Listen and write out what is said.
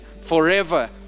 forever